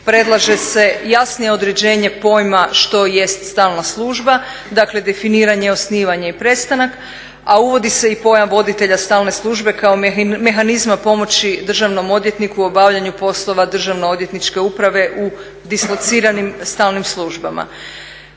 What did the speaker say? predlaže se jasnije određenje pojma što jest stalna služba, dakle definiranje, osnivanje i prestanak, a uvodi se i pojam voditelja stalne službe kao mehanizma pomoći državnom odvjetniku u obavljanju poslova državno odvjetničke uprave u dislociranim stalnim službama.